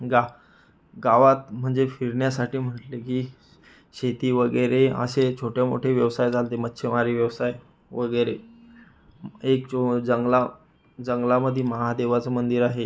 गा गावात म्हणजे फिरण्यासाठी म्हटले की शेती वगैरे असे छोटेमोठे व्यवसाय चालते मच्छीमारी व्यवसाय वगैरे एक चो जंगला जंगलामध्ये महादेवाचं मंदिर आहे